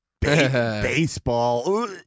baseball